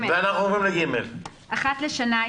אחת לשנה,